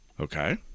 Okay